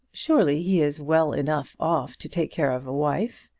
surely he is well enough off to take care of a wife.